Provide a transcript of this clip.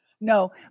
No